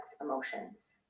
emotions